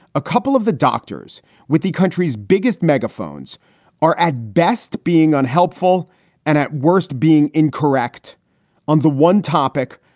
a couple of the doctors with the country's biggest megaphones are at best being unhelpful and at worst, being incorrect on the one topic.